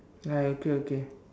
ya okay okay